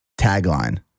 tagline